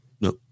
no